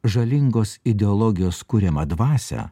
žalingos ideologijos kuriamą dvasią